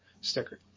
sticker